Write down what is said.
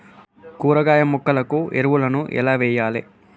కూరగాయ మొక్కలకు ఎరువులను ఎలా వెయ్యాలే?